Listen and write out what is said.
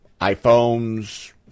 iPhones